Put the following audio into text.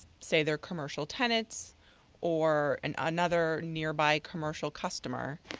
say their commercial tenants or and another nearby commercial customer,